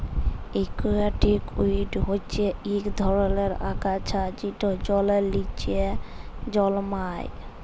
aquatic weed হচ্যে ইক ধরলের আগাছা যেট জলের লিচে জলমাই